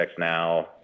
TextNow